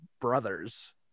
brothers